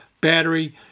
battery